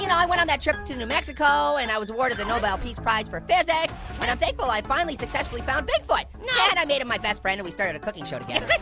you know i went on that trip to new mexico and i was awarded the nobel peace prize for physics, and i'm thankful i finally successfully found bigfoot! yeah and i made him my best friend and we started a cooking show together! but